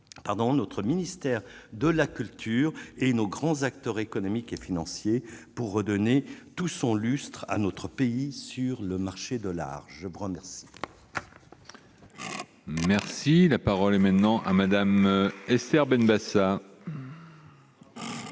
notre ministère de la culture et nos grands acteurs économiques et financiers pour redonner tout son lustre à notre pays sur le marché de l'art, je prends merci. Merci, la parole est maintenant à Madame, Esther Benbassa.